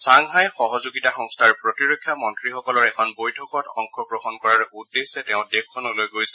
Shanghai সহযোগিতা সংস্থাৰ প্ৰতিৰক্ষা মন্ত্ৰীসকলৰ এখন বৈঠকত অংশগ্ৰহণ কৰাৰ উদ্দেশ্যে তেওঁ দেশখনলৈ গৈছে